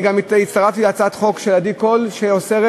גם הצטרפתי להצעת חוק של עדי קול שאוסרת